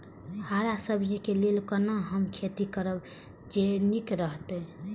हरा सब्जी के लेल कोना हम खेती करब जे नीक रहैत?